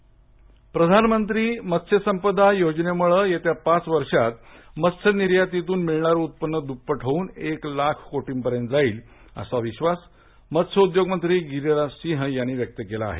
मृत्स्यसंपदा प्रधानमंत्री मत्स्यसंपदा योजनेमुळ येत्या पाच वर्षांत मत्स्यनिर्यातीतून मिळणारे उत्पन्न दुप्पट होऊन एक लाख कोटीपर्यंत जाईल असा विश्वास मत्स्यउद्योग मंत्री गिरीराज सिंह यांनी व्यक्त केला आहे